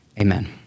amen